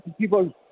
people